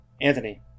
Anthony